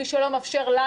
מי שלא מאפשר לנו,